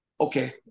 okay